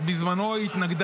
אני זוכר שבזמנו היא התנגדה.